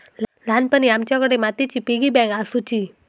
ल्हानपणी आमच्याकडे मातीची पिगी बँक आसुची